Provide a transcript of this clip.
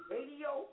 Radio